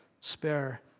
spare